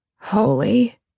Holy